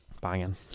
Banging